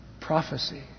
Prophecy